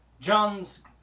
John's